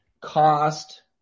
Cost